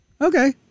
Okay